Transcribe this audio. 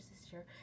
sister